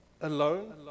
alone